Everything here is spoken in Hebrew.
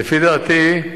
לדעתי,